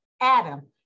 Adam